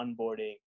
onboarding